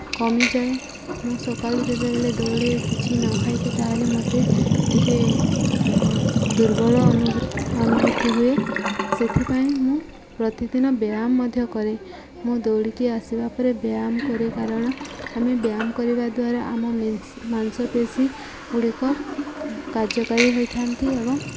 କମିଯାଏ ମୁଁ ସକାଳୁ ଯେତେବେଳେ ଦୌଡ଼େ କିଛି ନ ଖାଇକି ତା'ହେଲେ ମୋତେ ଟିକିଏ ଦୁର୍ବଳ ଅନୁଭବ ଅନୁଭୂତି ହୁଏ ସେଥିପାଇଁ ମୁଁ ପ୍ରତିଦିନ ବ୍ୟାୟାମ ମଧ୍ୟ କରେ ମୁଁ ଦୌଡ଼ିକି ଆସିବା ପରେ ବ୍ୟାୟାମ କରେ କାରଣ ଆମେ ବ୍ୟାୟାମ କରିବା ଦ୍ୱାରା ଆମ ମାଂସପେଶୀଗୁଡ଼ିକ କାର୍ଯ୍ୟକାରୀ ହୋଇଥାନ୍ତି ଏବଂ